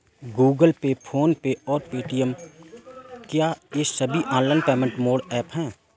Google Pay PhonePe और Paytm क्या ये सभी ऑनलाइन पेमेंट मोड ऐप हैं?